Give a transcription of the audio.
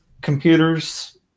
computers